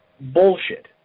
bullshit